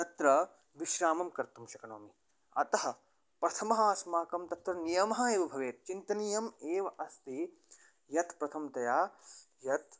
तत्र विश्रामं कर्तुं शक्नोमि अतः प्रथमः अस्माकं तत्र नियमः एव भवेत् चिन्तनीयम् एव अस्ति यत् प्रथमतया यत्